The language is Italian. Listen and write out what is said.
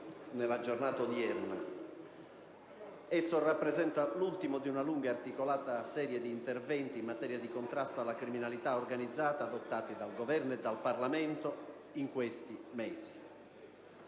nella giornata odierna. Esso rappresenta soltanto l'ultimo di una lunga e articolata serie di interventi in materia di contrasto alla criminalità organizzata, adottati dal Governo di centrodestra in questi venti